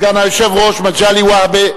סגן היושב-ראש מגלי והבה,